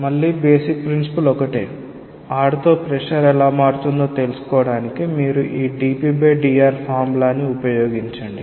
మళ్ళీ basic principle ఒకటే r తో ప్రెషర్ ఎలా మారుతుందో తెలుసుకోవడానికి మీరు ఈ dpdr ఫార్ములా ని ఉపయోగించండి